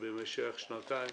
במשך שנתיים